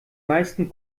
meisten